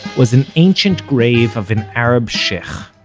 was an ancient grave of an arab sheikh.